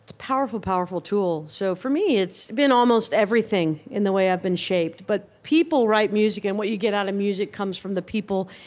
powerful powerful tool. so for me, it's been almost everything in the way i've been shaped but people write music, and what you get out of music comes from the people,